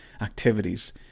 activities